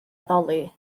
addoli